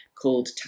called